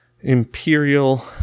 Imperial